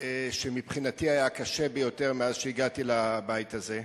שמבחינתי היה הקשה ביותר מאז שהגעתי לבית הזה.